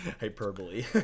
hyperbole